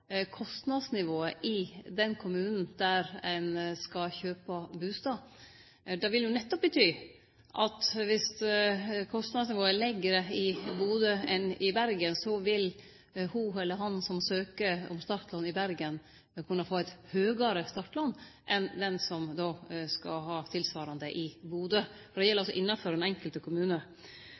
kostnadsnivået i den kommunen der ein skal kjøpe bustad. Det vil jo nettopp bety at viss kostnadsnivået er lægre i Bodø enn i Bergen, vil ho eller han som søkjer om startlån i Bergen, kunne få eit høgare startlån enn den som skal ha tilsvarande i Bodø – for det gjeld altså innanfor den enkelte